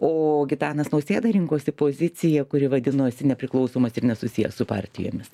o gitanas nausėda rinkosi poziciją kuri vadinosi nepriklausomas ir nesusijęs su partijomis